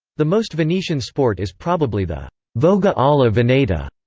the most venetian sport is probably the voga alla veneta,